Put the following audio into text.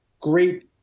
great